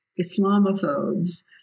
Islamophobes